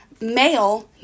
male